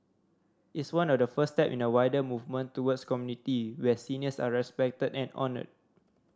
it's one of the first step in a wider movement towards community where seniors are respected and honoured